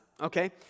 okay